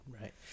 right